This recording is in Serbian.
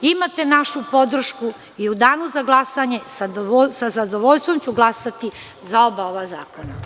Imate našu podršku i u danu za glasanje sa zadovoljstvom ću glasati za oba ova zakona.